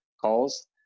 calls